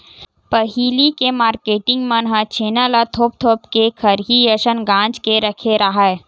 पहिली के मारकेटिंग मन ह छेना ल थोप थोप के खरही असन गांज के रखे राहय